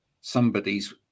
somebody's